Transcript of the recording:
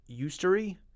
eustery